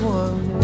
one